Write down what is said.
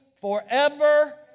forever